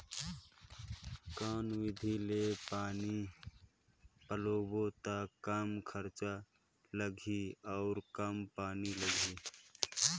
कौन विधि ले पानी पलोबो त कम खरचा लगही अउ कम पानी लगही?